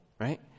right